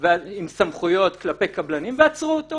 עם סמכויות כלפי קבלנים ועצרו אותו